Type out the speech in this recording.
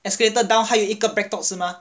escalator down 还有一个 BreadTalk 是吗